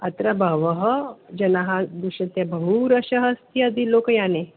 अत्र बहवः जनाः दृश्यते बहु रश्शः अस्ति अद्य लोकयाने